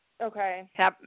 Okay